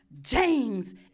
James